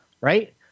Right